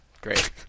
Great